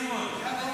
סימון.